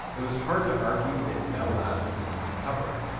it was hard to argue that bell labs was planning a cover-up.